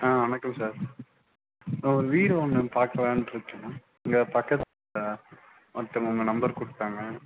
ஆமாம் வணக்கம் சார் இப்போ ஒரு வீடு ஒன்று பார்க்கலானு இருக்கேன் நான் இங்கே பக்கத்தில் ஒருத்தவங்க உங்கள் நம்பர் கொடுத்தாங்க